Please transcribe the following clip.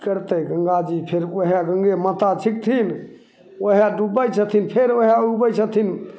कि करतै गङ्गाजी फेर ओहे गङ्गे माता छिकथिन ओहे डुबाबै छथिन फेर ओहे उगाबै छथिन